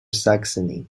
saxony